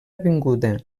avinguda